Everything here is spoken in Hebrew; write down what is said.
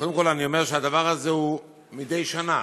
קודם כול, אני אומר שהדבר הזה הוא מדי שנה.